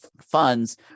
funds